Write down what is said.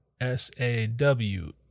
S-A-W